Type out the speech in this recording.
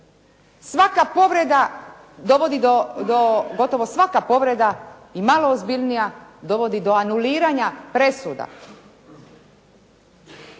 Svaka povreda dovodi do, gotovo svaka povreda i malo ozbiljnija dovodi do anuliranja presuda.